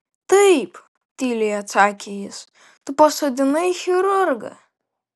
taip tyliai atsakė jis tu pasodinai chirurgą